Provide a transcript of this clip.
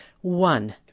One